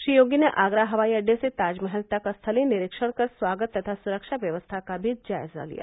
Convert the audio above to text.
श्री योगी ने आगरा हवाई अड्डे से ताजमहल तक स्थलीय निरीक्षण कर स्वागत तथा सुरक्षा व्यवस्था का भी जायजा लिया